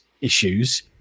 issues